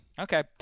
Okay